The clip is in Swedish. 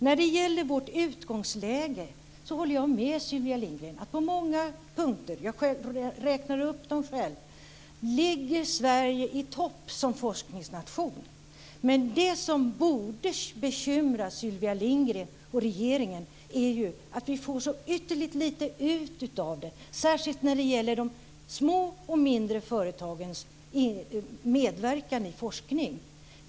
När det gäller vårt utgångsläge håller jag med Sylvia Lindgren att på många punkter - jag räknade upp dem själv - ligger Sverige i topp som forskningsnation. Men det som borde bekymra Sylvia Lindgren och regeringen är att vi får så ytterligt lite ut av det, särskilt när det gäller de små och mindre företagens medverkan i forskning.